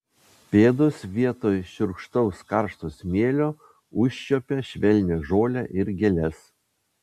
pėdos vietoj šiurkštaus karšto smėlio užčiuopė švelnią žolę ir gėles